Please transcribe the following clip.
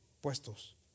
puestos